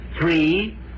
three